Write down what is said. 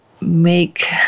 make